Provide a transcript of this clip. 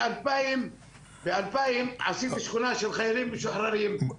מ-2000 עשיתי שכונה של חיילים משוחררים,